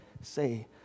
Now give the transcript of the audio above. say